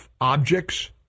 objects